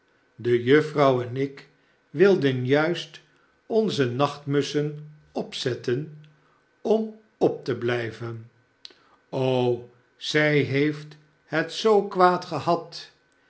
de juffrouw en ik wilden juist onze nachtmussen opzetten om op te blijven o zij heeft het zoo kwaad gehad